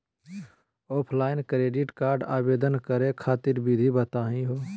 Offline credit card आवेदन करे खातिर विधि बताही हो?